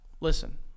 Listen